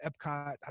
Epcot